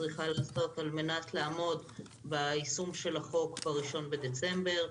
צריכים לעשות כדי לעמוד ביישום של החוק ב-1 בדצמבר.